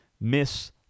miss